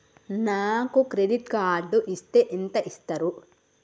నాకు credit card ఇస్తే ఎంత ఇస్తరు?